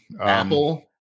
Apple